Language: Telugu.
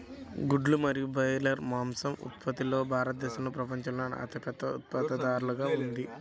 గుడ్లు మరియు బ్రాయిలర్ మాంసం ఉత్పత్తిలో భారతదేశం ప్రపంచంలోనే అతిపెద్ద ఉత్పత్తిదారుగా ఉంది